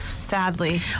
sadly